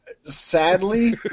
sadly